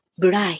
bright